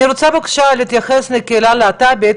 אני רוצה בבקשה להתייחס לקהילה הלהט"בית,